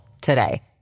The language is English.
today